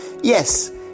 Yes